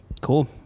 Cool